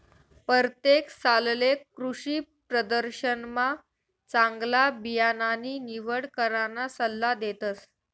परतेक सालले कृषीप्रदर्शनमा चांगला बियाणानी निवड कराना सल्ला देतस